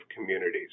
communities